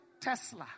Tesla